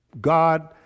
God